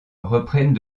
reprennent